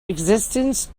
existence